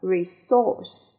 Resource